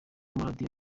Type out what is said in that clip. amaradiyo